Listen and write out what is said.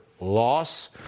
loss